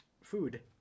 food